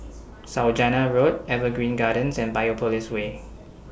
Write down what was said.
Saujana Road Evergreen Gardens and Biopolis Way